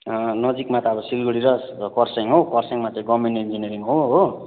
नजिकमा त अब सिलगडी र खरसाङ हो खरसाङमा चाहिँ गभर्मेन्ट इन्जिनियरिङ हो हो